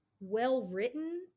well-written